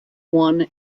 won